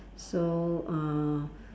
so uh